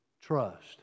Trust